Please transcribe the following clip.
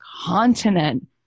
continent